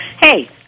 Hey